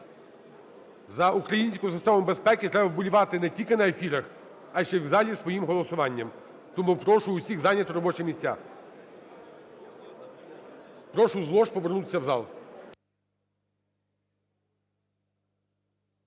За українську систему безпеки треба вболівати не тільки на ефірах, а іще і в залі своїм голосуванням. Тому прошу всіх зайняти робочі місця. Прошу з лож повернутися в зал.